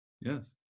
Yes